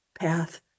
path